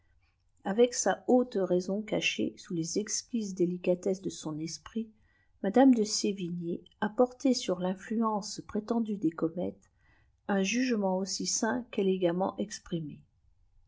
avec sa haute raison cachée sous les exquises délicatesses de son esprit madame de sévigné a porté sur l'influence prétendue des comètes un jugement aussi sain qu'élégamment exprimé